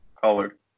colored